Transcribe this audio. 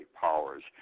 powers